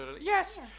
Yes